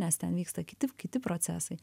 nes ten vyksta kiti kiti procesai